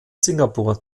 singapur